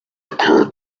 occurred